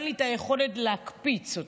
אין לי את היכולת להקפיץ אותם,